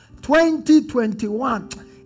2021